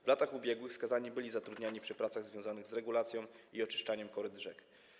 W latach ubiegłych skazani byli zatrudniani przy pracach związanych z regulacją i oczyszczaniem koryt rzek.